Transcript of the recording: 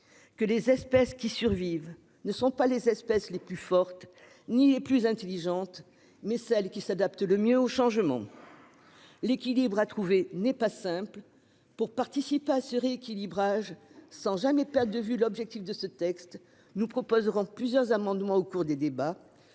que « les espèces qui survivent ne sont pas les espèces les plus fortes, ni les plus intelligentes, mais celles qui s'adaptent le mieux aux changements ». L'équilibre à trouver n'est pas simple. Pour participer à ce rééquilibrage, sans jamais perdre de vue l'objectif de la proposition de loi, nous proposerons plusieurs amendements au cours des débats.